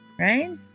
right